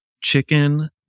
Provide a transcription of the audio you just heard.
chicken